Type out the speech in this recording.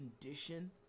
condition